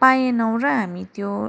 पाएनौँ र हामी त्यो